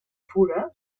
fura